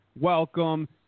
Welcome